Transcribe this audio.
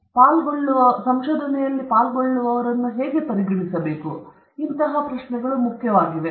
ಮತ್ತು ಪಾಲ್ಗೊಳ್ಳುವವರನ್ನು ಸಂಶೋಧನೆಯಲ್ಲಿ ಹೇಗೆ ಪರಿಗಣಿಸಬೇಕು ಈ ಪ್ರಶ್ನೆಗಳು ಮುಖ್ಯವಾಗಿವೆ